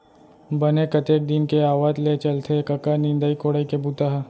बने कतेक दिन के आवत ले चलथे कका निंदई कोड़ई के बूता ह?